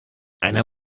einer